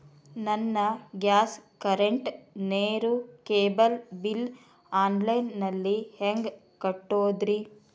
ನನ್ನ gas, current, ನೇರು, cable bill online ನಲ್ಲಿ ಹೆಂಗ್ ಕಟ್ಟೋದ್ರಿ?